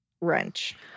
wrench